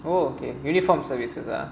okay uniform services lah